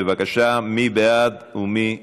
בבקשה, מי בעד ומי נגד?